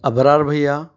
ابرار بھیا